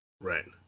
Right